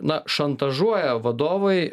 na šantažuoja vadovai